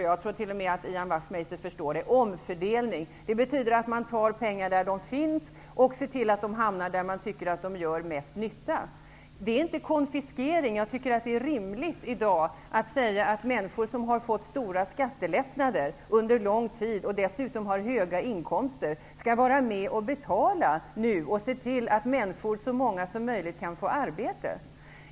Jag tror att t.o.m. Ian Wachtmeister förstår det. Omfördelningen betyder att man tar pengar där de finns och ser till att de hamnar där man tycker att de gör mest nytta. Det är inte konfiskering. Jag tycker att det är rimligt att i dag säga att människor som har fått stora skattelättnader under lång tid och dessutom har höga inkomster skall vara med och betala nu och se till att så många som möjligt kan få arbete.